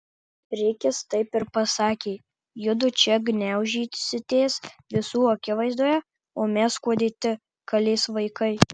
rikis taip ir pasakė judu čia gniaužysitės visų akivaizdoje o mes kuo dėti kalės vaikai